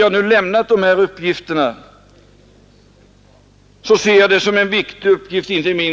Jag får finna mig i herr Burenstam Linders principiella uppfattning.